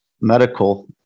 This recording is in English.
medical